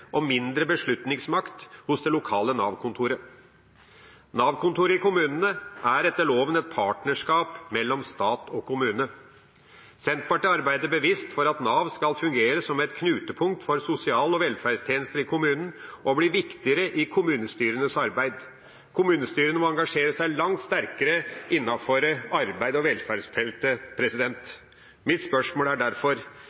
og mindre beslutningsmakt hos det lokale Nav-kontoret. Nav-kontoret i kommunene er etter loven et partnerskap mellom stat og kommune. Senterpartiet arbeider bevisst for at Nav skal fungere som et knutepunkt for sosial- og velferdstjenester i kommunen og bli viktigere i kommunestyrenes arbeid. Kommunestyrene må engasjere seg langt sterkere innenfor arbeids- og velferdsfeltet.